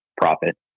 profit